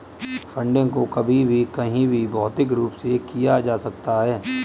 funding को कभी भी कहीं भी भौतिक रूप से किया जा सकता है